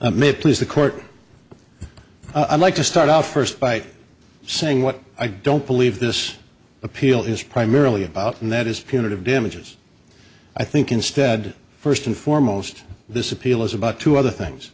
i'm it please the court i'd like to start out first by saying what i don't believe this appeal is primarily about and that is punitive damages i think instead of first and foremost this appeal is about two other things